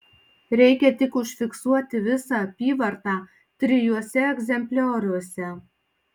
reikia tik užfiksuoti visą apyvartą trijuose egzemplioriuose